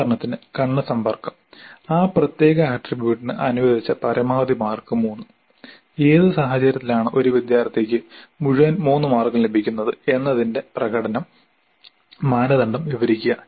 ഉദാഹരണത്തിന് കണ്ണ് സമ്പർക്കം ആ പ്രത്യേക ആട്രിബ്യൂട്ടിന് അനുവദിച്ച പരമാവധി മാർക്ക് 3 ഏത് സാഹചര്യത്തിലാണ് ഒരു വിദ്യാർത്ഥിക്ക് മുഴുവൻ 3 മാർക്കും ലഭിക്കുന്നത് എന്നതിന്റെ പ്രകടനം മാനദണ്ഡം വിവരിക്കുക